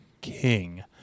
king